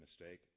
mistake